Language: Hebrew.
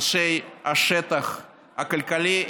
אנשי השטח הכלכלי,